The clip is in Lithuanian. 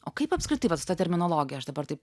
o kaip apskritai vat su ta terminologija aš dabar taip